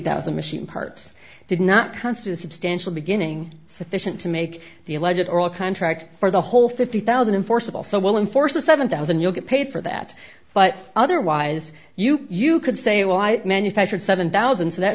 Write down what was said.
thousand machine parts did not constitute substantial beginning sufficient to make the legit or contract for the whole fifty thousand and forcible so well in force the seven thousand you'll get paid for that but otherwise you you could say well i manufactured seven thousand so that